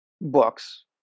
books